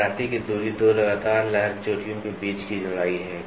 लहराती की दूरी दो लगातार लहर चोटियों के बीच की चौड़ाई है